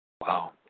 Wow